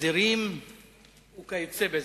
הסדרים וכיוצא בזה.